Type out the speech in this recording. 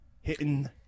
hitting